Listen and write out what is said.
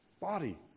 body